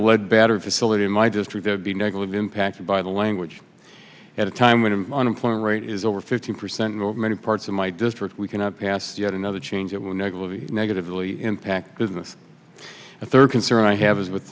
a lead better facility in my district to be negatively impacted by the language at a time when unemployment rate is over fifteen percent or many parts of my district we cannot pass yet another change that will negatively negatively impact business and third concern i have is with